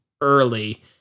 early